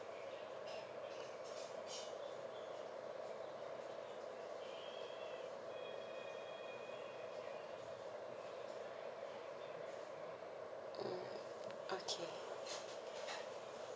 mmhmm okay